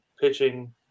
pitching